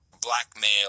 blackmail